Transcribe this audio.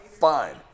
Fine